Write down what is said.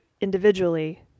individually